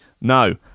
No